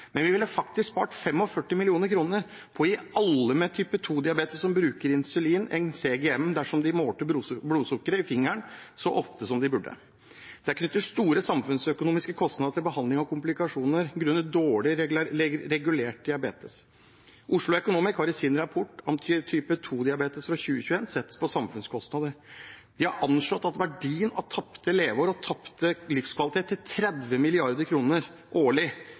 men vi ville faktisk spart 45 mill. kr på å gi alle med type 2-diabetes som bruker insulin, en CGM dersom de målte blodsukkeret i fingeren så ofte som de burde. Det er knyttet store samfunnsøkonomiske kostnader til behandling av komplikasjoner grunnet dårlig regulert diabetes. Oslo Economics har i sin rapport fra 2021 om type 2-diabetes sett på samfunnskostnader. De har anslått verdien av tapte leveår og tapt livskvalitet til 30 mrd. kr årlig, produksjonstapet til ca. 7,6 mrd. kr årlig